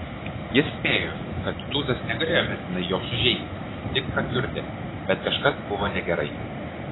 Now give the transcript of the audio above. jis spėjo kad tūzas negalėjo mirtinai jo sužeisti tik prakiurdė bet kažkas buvo negerai